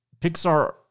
Pixar